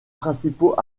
principaux